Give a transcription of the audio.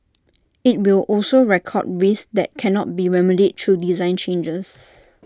IT will also record risks that cannot be remedied through design changes